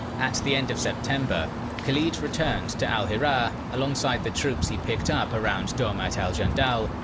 at the end of september khalid returned to al-hirah alongside the troops he picked up around dawmat al-jandal,